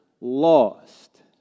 lost